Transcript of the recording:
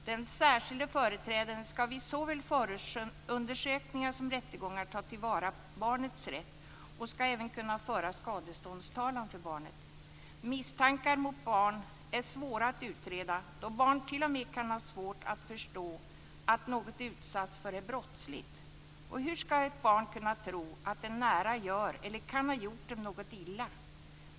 Den särskilda företrädaren ska vid såväl förundersökningar som rättegångar ta till vara barnets rätt och ska även kunna föra skadeståndstalan för barnet. Misstankar om brott mot barn är det svårt att utreda. Ett barn kan ju t.o.m. ha svårt att förstå att något som det utsatts för är brottsligt. Hur ska barn kunna tro att en nära gör, eller kan ha gjort, dem något illa?